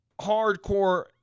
hardcore